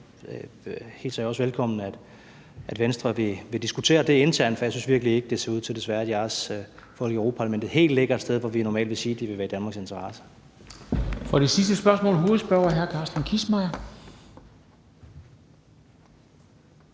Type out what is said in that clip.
hilser jeg det også velkommen, at Venstre vil diskutere det internt, for jeg synes virkelig ikke, det ser ud til, desværre, at jeres holdning i Europa-Parlamentet helt ligger et sted, hvor vi normalt vil sige, at det vil være i Danmarks interesse. Kl. 13:24 Formanden (Henrik Dam Kristensen):